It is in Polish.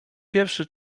pierwszy